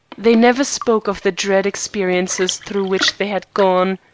they never spoke of the dread experiences through which they had gone.